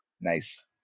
Nice